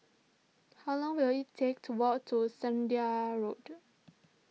how long will it take to walk to Zehnder Road